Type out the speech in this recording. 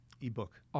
ebook